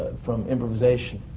from improvisation.